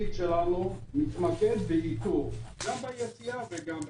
אמרתי שהתפקיד שלנו מתמקד באיתור גם ביציאה וגם בכניסה.